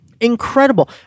incredible